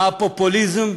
מה הפופוליזם?